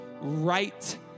right